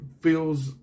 feels